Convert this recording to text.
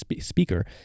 speaker